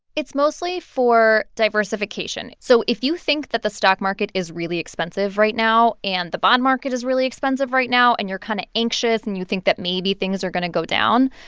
it's mostly for diversification. so if you think that the stock market is really expensive right now and the bond market is really expensive right now and you're kind of anxious and you think that maybe things are going to go down,